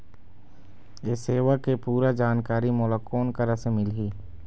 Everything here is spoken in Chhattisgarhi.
ये सेवा के पूरा जानकारी मोला कोन करा से मिलही?